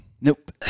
Nope